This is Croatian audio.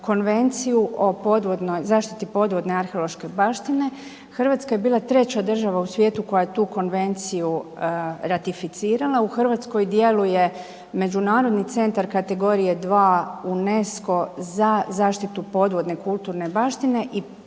podvodnoj, zaštiti podvodne arheološke baštine. RH je bila 3. država u svijetu koja je tu konvenciju ratificirala. U RH djeluje Međunarodni centar kategorije 2 UNESCO za zaštitu podvodne kulturne baštine i